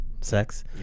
sex